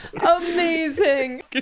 Amazing